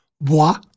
Bois